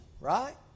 right